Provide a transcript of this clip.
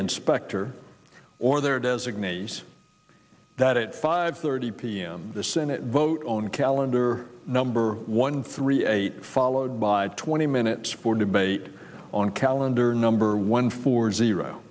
specter or their designates that it five thirty p m the senate vote on calendar number one three eight followed by twenty minutes for debate on calendar number one four zero